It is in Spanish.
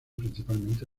principalmente